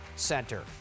center